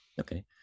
Okay